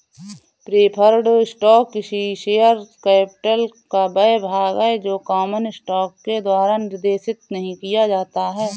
preferred stock किसी share capital का वह भाग है जो कॉमन स्टॉक के द्वारा निर्देशित नहीं किया जाता है